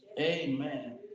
Amen